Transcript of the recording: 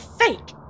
fake